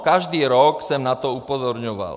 Každý rok jsem na to upozorňoval.